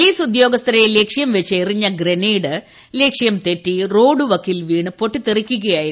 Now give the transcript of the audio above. പോലീസുദ്യോഗസ്ഥരെ ലക്ഷ്യം വച്ച് എറിഞ്ഞ ഗ്രനേഡ് ലക്ഷ്യം തെറ്റി റോഡുവക്കിൽ വീണ് പൊട്ടിത്തെറിക്കുകയായിരുന്നു